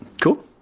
cool